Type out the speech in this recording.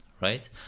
Right